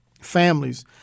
families